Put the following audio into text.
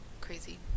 crazy